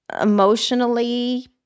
emotionally